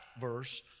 verse